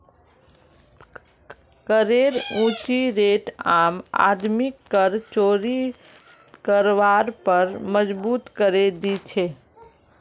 करेर ऊँची रेट आम आदमीक कर चोरी करवार पर मजबूर करे दी छे